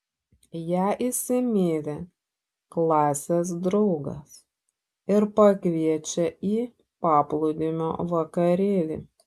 ją įsimyli klasės draugas ir pakviečia į paplūdimio vakarėlį